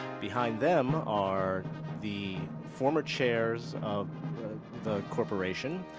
behind them are the former chairs of the corporation,